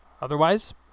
Otherwise